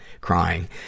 crying